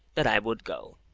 that i would go.